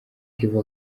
kevin